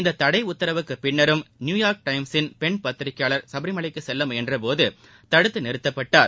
இந்த தடை உத்தரவுக்கு பின்னரும் நியூயார்க் டைம்ஸின் பெண் பத்திரிக்கையாளர் சபரிமலைக்கு செல்ல முயன்ற போது தடுத்து நிறுத்தப்பட்டார்